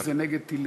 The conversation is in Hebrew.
תהילים זה נגד טילים.